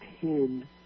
ten